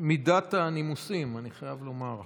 מידת הנימוסים, אני חייב לומר.